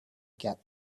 get